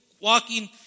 walking